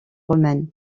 romaines